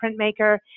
printmaker